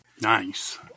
nice